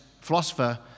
philosopher